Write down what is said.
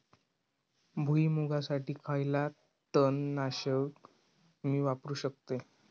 भुईमुगासाठी खयला तण नाशक मी वापरू शकतय?